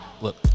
look